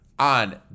on